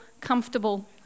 comfortable